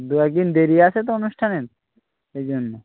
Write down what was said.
দু এক দিন দেরি আছে তো অনুষ্ঠানের এই জন্য